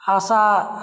आशा